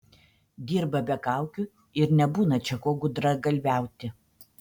dirba be kaukių ir nebūna čia ko gudragalviauti